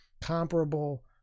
comparable